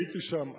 הייתי שם עכשיו,